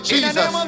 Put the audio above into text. Jesus